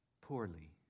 poorly